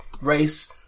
race